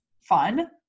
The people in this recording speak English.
fun